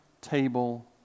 table